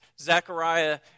Zechariah